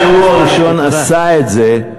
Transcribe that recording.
שעשה את זה,